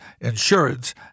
insurance